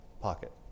pocket